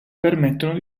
permettono